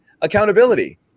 accountability